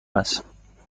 است